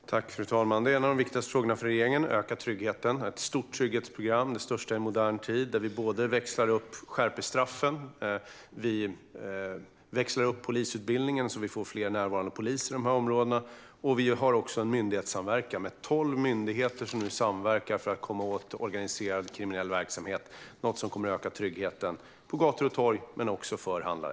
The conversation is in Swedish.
Fru talman! Att öka tryggheten är en av de viktigaste frågorna för regeringen. Vi har ett stort trygghetsprogram, det största i modern tid, där vi både skärper straffen och utökar polisutbildningen så att vi får fler närvarande poliser i dessa områden. Vi har också en myndighetssamverkan där tolv myndigheter samverkar för att komma åt organiserad kriminell verksamhet. Detta kommer att öka tryggheten såväl på gator och torg som för handlare.